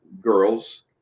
girls